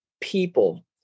people